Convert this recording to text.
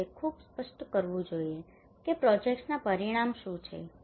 આપણે તે ખૂબ સ્પષ્ટ કરવું જોઈએ કે પ્રોજેક્ટ્સનાં પરિણામો શું છે